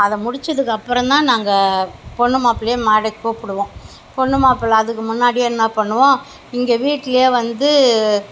அதை முடித்ததுக்கு அப்புறந்தான் நாங்கள் பொண்ணு மாப்பிளையே மேடைக்கு கூப்பிடுவோம் பொண்ணு மாப்பிள அதுக்கு முன்னாடியே என்ன பண்ணுவோம் இங்கே வீட்டுலேயே வந்து